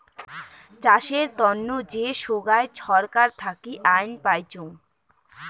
চাষের তন্ন যে সোগায় ছরকার থাকি আইন পাইচুঙ